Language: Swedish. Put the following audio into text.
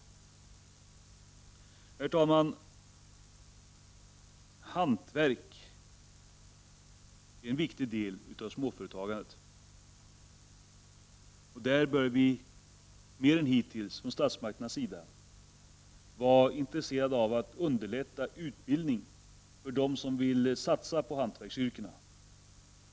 Herr talman! Hantverk är en viktig del av småföretagandet. Statsmakterna bör mer än hittills visa intresse för att underlätta utbildning för dem som vill satsa på hantverksyrken.